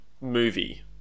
movie